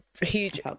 Huge